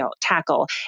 tackle